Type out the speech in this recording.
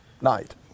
night